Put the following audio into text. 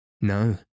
No